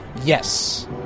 Yes